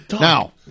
Now